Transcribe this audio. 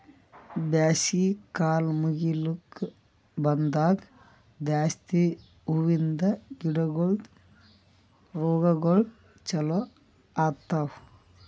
ಬ್ಯಾಸಗಿ ಕಾಲ್ ಮುಗಿಲುಕ್ ಬಂದಂಗ್ ಜಾಸ್ತಿ ಹೂವಿಂದ ಗಿಡಗೊಳ್ದು ರೋಗಗೊಳ್ ಚಾಲೂ ಆತವ್